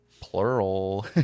Plural